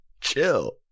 chill